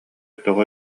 тоҕо